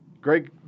Greg